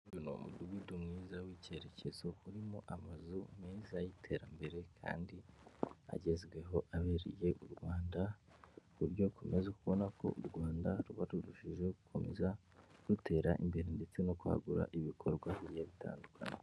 Uyu ni umudugudu mwiza w'icyerekezo, urimo amazu meza y'iterambere kandi agezweho abereye u Rwanda, ku buryo tumaze kubona ko u Rwanda ruba rurushijeho gukomeza rutera imbere ndetse no kwagura ibikorwa bigiye bitandukanye.